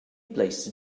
placed